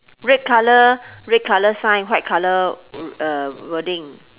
red colour red colour sign white colour uh wording